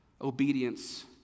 Obedience